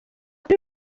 kuri